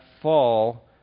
fall